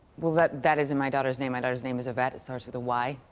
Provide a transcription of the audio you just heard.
well, that that isn't my daughter's name. my daughter's name is yvette. it starts with a y,